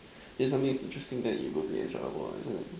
if something interesting then it will be enjoyable what isn't it